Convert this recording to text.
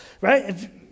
right